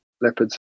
leopards